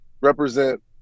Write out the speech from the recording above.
represent